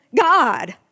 God